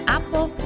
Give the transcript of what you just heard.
Apple